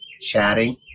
chatting